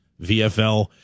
VFL